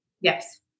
Yes